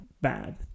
bad